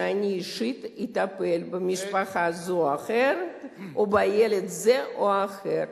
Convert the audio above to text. שאני אישית אטפל במשפחה זו או אחרת או בילד זה או אחר.